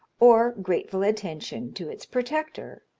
or grateful attention to its protector,